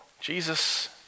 Jesus